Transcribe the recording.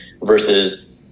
versus